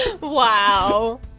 wow